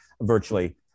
virtually